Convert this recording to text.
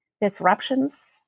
disruptions